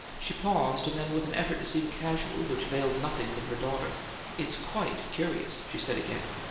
she paused, and then, with an effort to seem casual, which veiled nothing from her daughter it's quite curious, she said again.